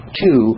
two